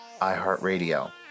iHeartRadio